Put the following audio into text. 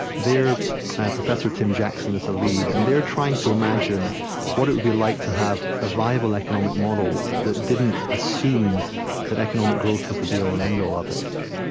professor tim jackson is a lead. and they're trying to imagine what it would be like to have a viable economic model that didn't assume that economic growth was the be-all and end-all of it,